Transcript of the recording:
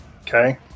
Okay